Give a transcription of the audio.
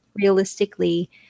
realistically